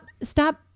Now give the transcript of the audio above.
stop